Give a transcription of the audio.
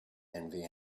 envy